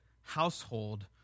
household